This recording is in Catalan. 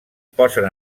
posen